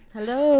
Hello